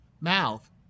mouth